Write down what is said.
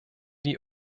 die